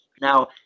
Now